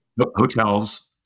hotels